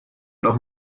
doch